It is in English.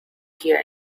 gear